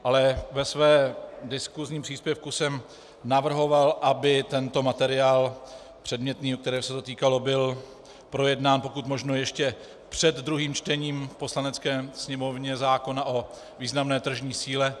Ale ve svém diskusním příspěvku jsem navrhoval, aby tento materiál předmětný, kterého se to týkalo, byl projednán pokud možno ještě před druhým čtením v Poslanecké sněmovně zákona o významné tržní síle.